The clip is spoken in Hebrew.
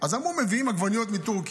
אז אמרו, מביאים עגבניות מטורקיה.